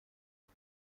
شما